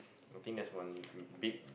I think that's one big